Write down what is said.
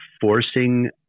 forcing